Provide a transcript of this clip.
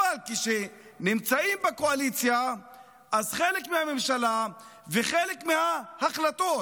אבל כשנמצאים בקואליציה אז חלק מהממשלה וחלק מההחלטות,